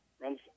runs